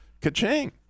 ka-ching